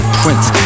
prince